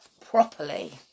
properly